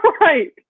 right